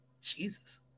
Jesus